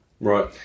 Right